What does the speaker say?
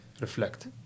reflect